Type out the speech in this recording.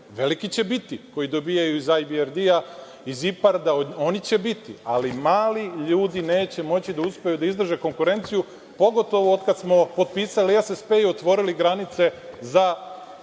Veliki će biti, koji dobijaju EBRD, iz IPARD, oni će biti, ali mali ljudi neće moći da uspeju da izdrže konkurenciju, pogotovo od kada smo potpisali SSP i otvorili granice za